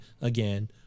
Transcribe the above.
again